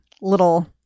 little